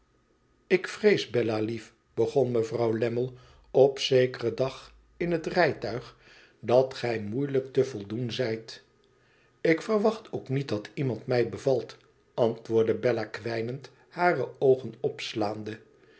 ik vrees bella-lief begon mevrouw lammie op zekeren dag in het rijtuig dat gij moeilijk te voldoen zijt ik verwacht ook niet dat iemand mij bevalt antwoordde bella kwijnend hare oogen opslaande